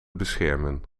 beschermen